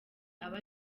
aba